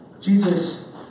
Jesus